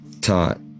taught